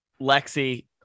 Lexi